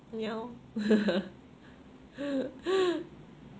ya loh